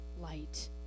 light